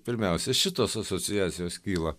pirmiausia šitos asociacijos kyla